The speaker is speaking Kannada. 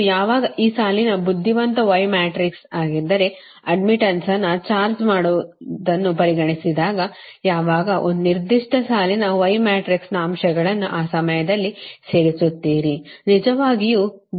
ಮತ್ತು ಯಾವಾಗ ಆ ಸಾಲಿನ ಬುದ್ಧಿವಂತ y ಮ್ಯಾಟ್ರಿಕ್ಸ್ ಆಗಿದ್ದರೆ ಅಡ್ಡ್ಮಿಟ್ಟನ್ಸ್ ಅನ್ನು ಚಾರ್ಜ್ ಮಾಡುವುದನ್ನು ಪರಿಗಣಿಸಿದಾಗ ಯಾವಾಗ ಒಂದು ನಿರ್ದಿಷ್ಟ ಸಾಲಿನ y ಮ್ಯಾಟ್ರಿಕ್ಸ್ ನ ಅಂಶಗಳನ್ನು ಆ ಸಮಯದಲ್ಲಿ ಸೇರಿಸುತ್ತೀರಿ ನಿಜವಾಗಿಯೂ ಬೇರೆ ಯಾವುದೋ ಸರಿನಾ